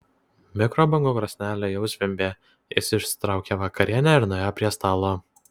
mikrobangų krosnelė jau zvimbė jis išsitraukė vakarienę ir nuėjo prie stalo